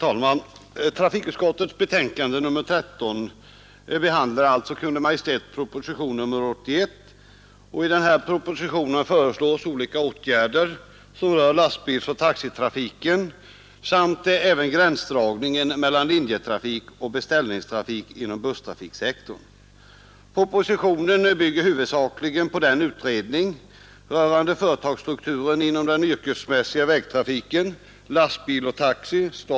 Herr talman! Trafikutskottets betänkande nr 13 behandlar Kungl. Maj:ts proposition 81, i vilken föreslås olika åtgärder som berör lastbilsoch taxitrafiken samt även gränsdragningen mellan linjetrafik och beställningstrafik inom busstrafiksektorn. Propositionen bygger huvudsakligen på utredningen rörande företagsstrukturen inom den yrkesmässiga vägtrafiken — lastbil och taxi .